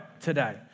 today